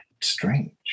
strange